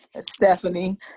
stephanie